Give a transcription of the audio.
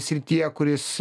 srityje kuris